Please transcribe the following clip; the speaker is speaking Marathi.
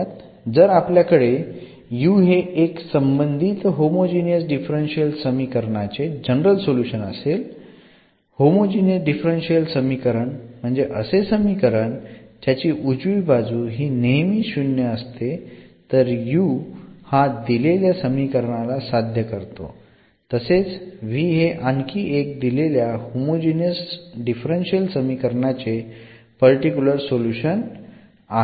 जर आपल्याकडे हे एक संबंधित होमोजिनियस डिफरन्शियल समीकरणाचे जनरल सोल्युशन असेल होमोजिनियस डिफरन्शियल समीकरण म्हणजे असे समीकरण ज्याची उजवी बाजू हि नेहमी शून्य असते तर u हा दिलेल्या समीकरणाला साध्य करतो तसेच v हे आणखी एक दिलेल्या होमोजिनियस डिफरन्शियल समीकरणाचे पर्टिक्युलर सोल्युशन आहे